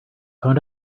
found